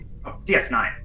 ds9